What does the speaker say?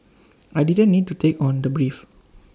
I didn't need to take on the brief